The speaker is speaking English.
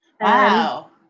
Wow